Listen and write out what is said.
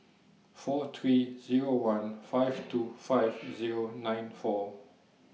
four three Zero one five two five Zero nine four